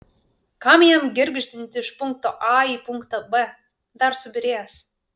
kam jam girgždinti iš punkto a į punktą b dar subyrės